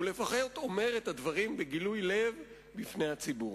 הוא לפחות אומר את הדברים בגילוי לב בפני הציבור.